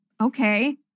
Okay